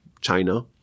China